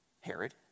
Herod